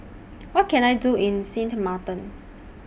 What Can I Do in Sint Maarten